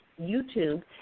YouTube